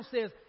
says